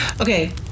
Okay